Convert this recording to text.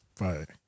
Right